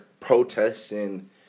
protesting